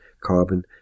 carbon